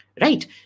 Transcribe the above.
right